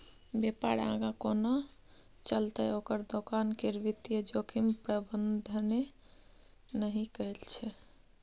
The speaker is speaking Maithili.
बेपार आगाँ कोना चलतै ओकर दोकान केर वित्तीय जोखिम प्रबंधने नहि कएल छै